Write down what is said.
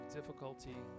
difficulty